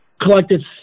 collected